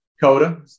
Coda